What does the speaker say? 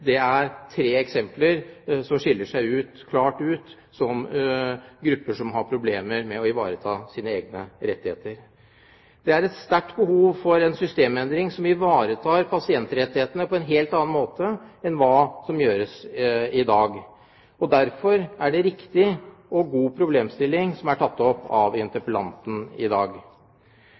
Det er tre eksempler som skiller seg klart ut som grupper som har problemer med å ivareta sine egne rettigheter. Det er et sterkt behov for systemendring som ivaretar pasientrettighetene på en helt annen måte enn hva som gjøres i dag. Derfor er det en riktig og god problemstilling som er tatt opp av interpellanten i dag.